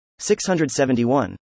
671